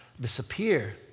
disappear